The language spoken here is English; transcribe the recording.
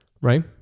right